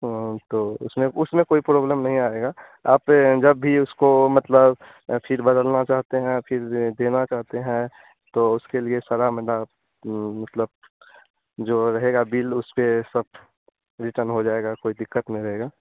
हाँ तो उसमें उसमें कोई प्रॉब्लम नहीं आएगा आप जब भी उसको मतलब फिर बदलना चाहते हैं या फिर देना चाहते हैं तो उसके लिए सर हम ना मतलब जो रहेगा बिल उसपर सब रिटर्न हो जाएगा कोई दिक्कत नहीं रहेगी